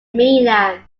mainland